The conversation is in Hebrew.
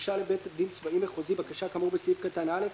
הוגשה לבית דין צבאי מחוזי בקשה כאמור בסעיף קטן (א),